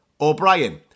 O'Brien